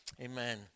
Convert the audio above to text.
Amen